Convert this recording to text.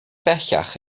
bellach